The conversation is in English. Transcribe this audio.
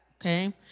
okay